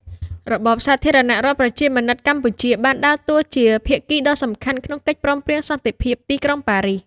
របបសាធារណរដ្ឋប្រជាមានិតកម្ពុជាបានដើរតួជាភាគីដ៏សំខាន់ក្នុងកិច្ចព្រមព្រៀងសន្តិភាពទីក្រុងប៉ារីស។